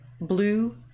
Blue